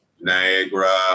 Niagara